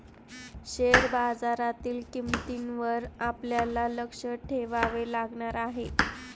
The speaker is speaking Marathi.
शेअर बाजारातील किंमतींवर आपल्याला लक्ष ठेवावे लागणार आहे